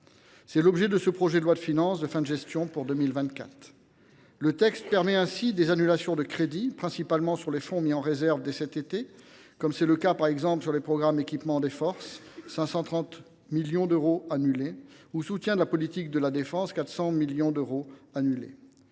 est l’objet de ce projet de loi de finances de fin de gestion pour 2024. Le texte prévoit ainsi des annulations de crédits, principalement sur les fonds mis en réserve dès cet été, comme c’est le cas, par exemple, sur les programmes « Équipement des forces »– 530 millions d’euros annulés – et « Soutien de la politique de la défense »– 400 millions d’euros annulés.